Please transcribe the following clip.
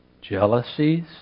jealousies